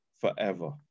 forever